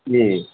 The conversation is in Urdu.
جی